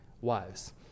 wives